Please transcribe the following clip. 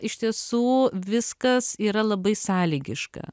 iš tiesų viskas yra labai sąlygiška